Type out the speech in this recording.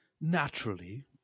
Naturally